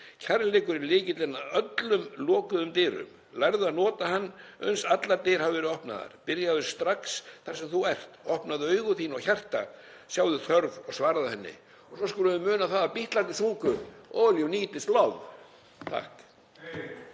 Kærleikurinn er lykillinn að öllum lokuðum dyrum. Lærðu að nota hann uns allar dyr hafa verið opnaðar. Byrjaðu strax þar sem þú ert. Opnaðu augu þín og hjarta, sjáðu þörf og svaraðu henni. Og svo skulum við muna að Bítlarnir sungu: All you need is love.